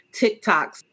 TikToks